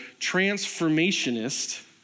transformationist